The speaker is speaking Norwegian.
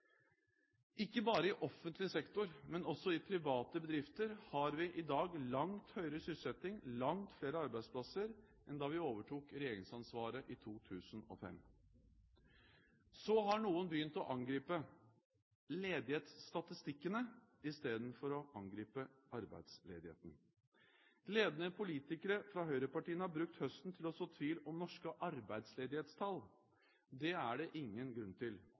Ikke bare i offentlig sektor, men også i private bedrifter har vi i dag langt høyere sysselsetting, langt flere arbeidsplasser enn da vi overtok regjeringsansvaret i 2005. Så har noen begynt å angripe ledighetsstatistikkene i stedet for å angripe arbeidsledigheten. Ledende politikere fra høyrepartiene har brukt høsten til å så tvil om norske arbeidsledighetstall. Det er det ingen grunn til.